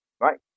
Right